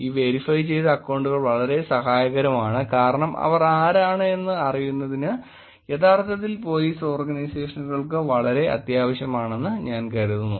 ഈ വെരിഫൈ ചെയ്ത അക്കൌണ്ടുകൾ വളരെ സഹായകരമാണ് കാരണം അവർ ആരാണെന്ന് അറിയുന്നത് യഥാർത്ഥത്തിൽ പോലീസ് ഓർഗനൈസേഷനുകൾക്ക് വളരെ അത്യാവശ്യമാണെന്ന് ഞാൻ കരുതുന്നു